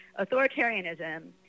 authoritarianism